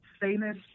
famous